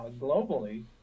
globally